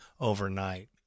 overnight